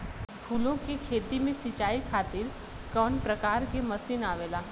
फूलो के खेती में सीचाई खातीर कवन प्रकार के मशीन आवेला?